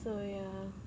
so ya